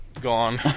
Gone